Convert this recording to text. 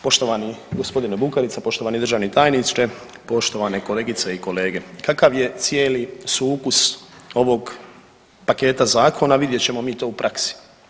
Poštovani gospodine Bukarica, poštovani državni tajniče, poštovane kolegice i kolege, kakav je cijeli sukus ovog paketa zakona vidjet ćemo mi to u praksi.